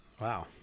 Wow